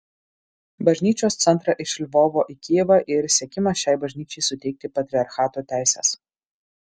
bažnyčios centrą iš lvovo į kijevą ir siekimas šiai bažnyčiai suteikti patriarchato teises